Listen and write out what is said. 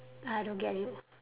I don't get you